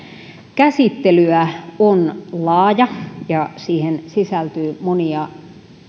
käsittelyä on laaja ja siihen sisältyy monia